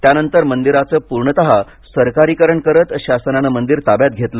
त्यानंतर मंदिराचे पूर्णतः सरकारीकरण करत शासनानं मंदिर ताब्यात घेतलं